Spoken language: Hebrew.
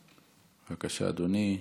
בבקשה, אדוני.